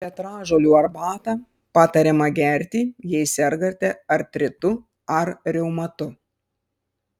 petražolių arbatą patariama gerti jei sergate artritu ar reumatu